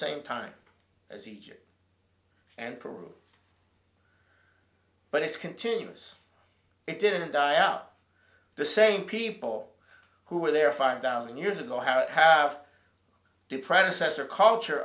same time as egypt and peru but it's continuous it didn't die out the same people who were there five thousand years ago how it have to predecessor culture